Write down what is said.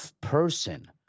person